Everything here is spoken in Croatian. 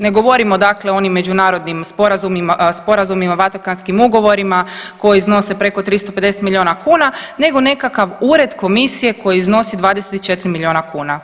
Ne govorim o onim međunarodnim sporazumima, Vatikanskim ugovorima koji iznose preko 350 milijuna kuna, nego nekakav ured komisije koji iznosi 24 milijuna kuna.